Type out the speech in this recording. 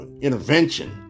intervention